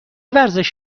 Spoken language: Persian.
ورزش